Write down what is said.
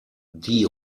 die